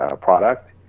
product